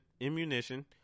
ammunition